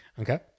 Okay